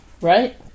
Right